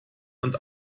und